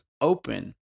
open